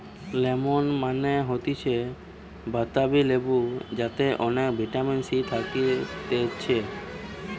lemon মানে হতিছে বাতাবি লেবু যাতে অনেক ভিটামিন সি থাকতিছে